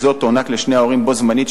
זו תוענק לשני ההורים בו-זמנית,